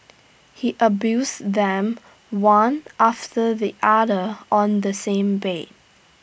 he abused them one after the other on the same bed